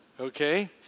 Okay